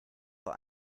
vor